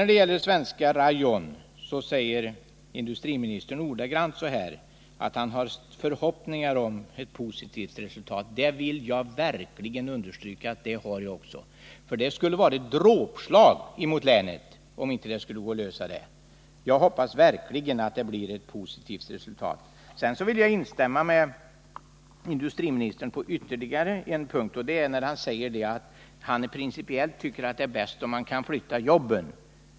När det gäller Svenska Rayon säger industriministern att han har förhoppningar om ett positivt resultat. Jag vill understryka att det har verkligen jag också. Det skulle vara ett dråpslag mot länet om det inte skulle gå att lösa det problemet. Jag hoppas verkligen att det blir ett positivt resultat. Sedan vill jag instämma med industriministern på ytterligare en punkt, och det är när han säger att han tycker att det är principiellt bättre om man kan flytta jobben.